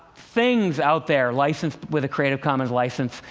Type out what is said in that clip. things out there, licensed with a creative commons license.